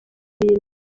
bintu